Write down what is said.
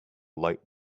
light